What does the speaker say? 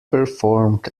performed